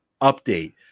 update